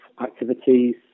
activities